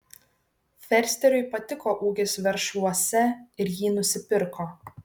fersteriui patiko ūkis veršvuose ir jį nusipirko